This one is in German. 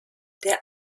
der